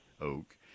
oak